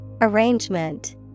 Arrangement